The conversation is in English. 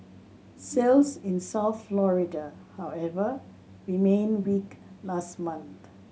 sales in South Florida however remained weak last month